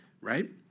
right